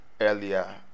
earlier